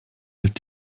hält